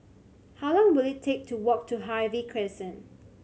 how long will it take to walk to Harvey Crescent